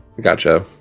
Gotcha